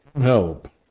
help